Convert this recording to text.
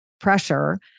pressure